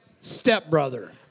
stepbrother